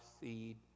seed